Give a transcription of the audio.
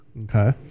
okay